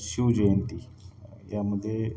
शिवजयंती यामध्ये